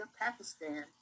Pakistan